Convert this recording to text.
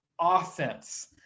offense